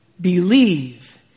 believe